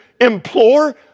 implore